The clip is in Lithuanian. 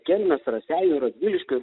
kelmės raseinių radviliškio